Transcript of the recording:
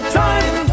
time